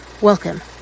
Welcome